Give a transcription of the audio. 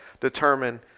determine